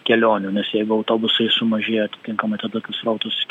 kelionių nes jeigu autobusai sumažėja atitinkamai tada srautas